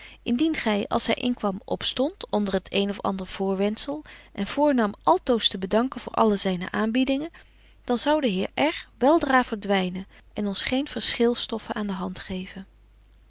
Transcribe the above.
indien gy als hy inkwam opstondt onder het een of ander voorwendzel en voornam altoos te bedanken voor alle zyne aanbiedingen dan zou de heer r wel dra verdwynen en ons geen verschilstoffe aan de hand geven